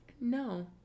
No